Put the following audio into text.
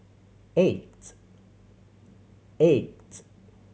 eight eight